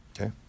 Okay